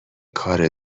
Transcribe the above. کار